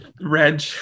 Reg